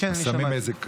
שמים באיזה מקום,